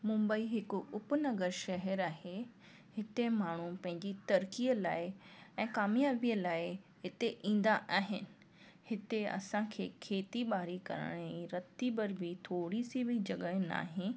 मुंबई हिकु उप नगर शहरु आहे हिते माण्हू पंहिंजी तरक़ीअ लाइ ऐं क़ामियबी लाइ हिते ईंदा आहिनि हिते असांखे खेती बाड़ी करण जी रतीभर बि थोरी सी बि जॻह न आहे